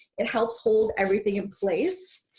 it helps hold everything in place.